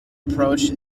approach